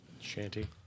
Shanty